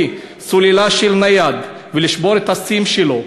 סוללה של נייד ולשבור את ה"סים" שלו,